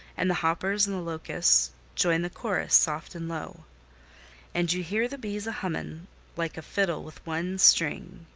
and the hoppers and the locusts join the chorus, soft and low and you hear the bees a humming like a fiddle with one string,